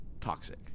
toxic